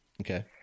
Okay